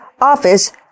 office